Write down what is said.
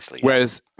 Whereas